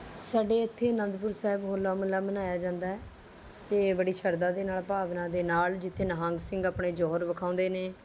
ਸਾਡੇ ਇੱਥੇ ਆਨੰਦਪੁਰ ਸਾਹਿਬ ਹੋਲਾ ਮਹੱਲਾ ਮਨਾਇਆ ਜਾਂਦਾ ਹੈ ਅਤੇ ਇਹ ਬੜੀ ਸ਼ਰਧਾ ਦੇ ਨਾਲ ਭਾਵਨਾ ਦੇ ਨਾਲ ਜਿੱਥੇ ਨਿਹੰਗ ਸਿੰਘ ਆਪਣੇ ਜੌਹਰ ਵਿਖਾਉਂਦੇ ਨੇ